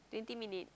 twenty minute